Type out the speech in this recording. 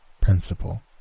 principle